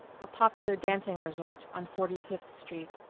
a popular dancing resort on forty-fifth street.